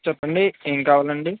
చెప్పండి ఏం కావలండి